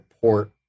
port